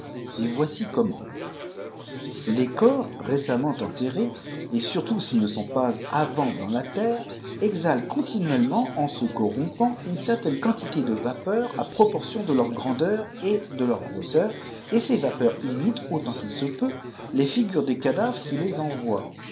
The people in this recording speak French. et voici comment les corps récemment enterrés et surtout s'ils ne sont pas avant dans la terre exhalent continuellement en se corrompant une certaine quantité de vapeurs à proportion de leur grandeur et de leur grosseur et ces vapeurs imitent autant qu'il s peut leé figures des cadavres qui les envoyent